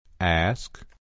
Ask